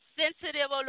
sensitive